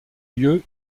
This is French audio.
lieu